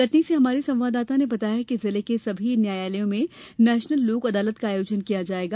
कटनी से हमारे संवाददाता ने बताया है कि जिले के सभी न्यायालयों में नेशनल लोक अदालत का आयोजन किया जायेगा